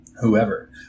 whoever